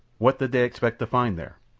what did they expect to find there?